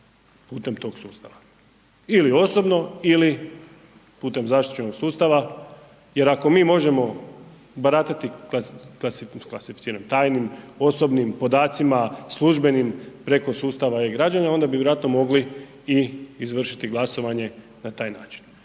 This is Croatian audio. putem tog sustava. Ili osobno ili putem zaštićenog sustava jer ako mi možemo baratati klasificiranim, tajnim, osobnim podacima službenim preko sustava E-građanin, onda bi vjerojatno mogli i izvršiti glasovanje na taj način.